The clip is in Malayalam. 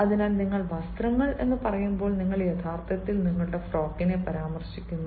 അതിനാൽ നിങ്ങൾ വസ്ത്രങ്ങൾ പറയുമ്പോൾ നിങ്ങൾ യഥാർത്ഥത്തിൽ നിങ്ങളുടെ ഫ്രോക്കിനെ പരാമർശിക്കുന്നു